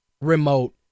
remote